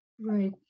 right